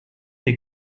des